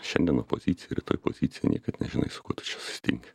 šiandien opozicija rytoj pozicija niekad nežinai su kuo tu čia susitinki